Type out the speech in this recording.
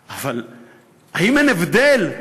אבל יש הבדל,